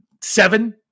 Seven